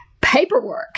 paperwork